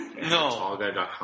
No